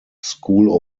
school